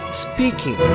speaking